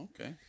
Okay